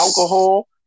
alcohol